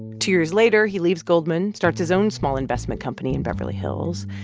two years later, he leaves goldman, starts his own small investment company in beverly hills.